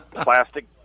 plastic